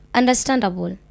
understandable